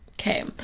okay